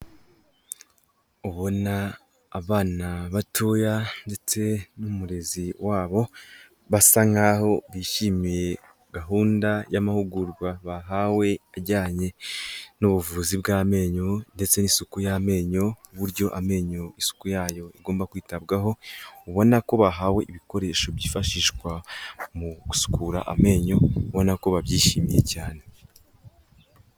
Ubona abana batoya ndetse n'umurezi wabo basa nkaho bishimiye gahunda y'amahugurwa bahawe ajyanye n'ubuvuzi bw'amenyo ndetse n'isuku y'amenyo, uburyo amenyo isuku yayo igomba kwitabwaho, ubona ko bahawe ibikoresho byifashishwa mu gusukura amenyo, ubona ko babyishimiye cyane.